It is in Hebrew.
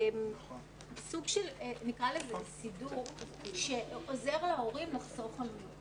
סוג של סידור שעוזר להורים לחסוך עלויות